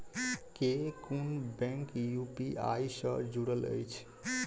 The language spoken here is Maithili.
केँ कुन बैंक यु.पी.आई सँ जुड़ल अछि?